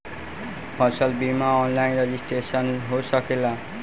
फसल बिमा online registration हो सकेला?